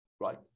right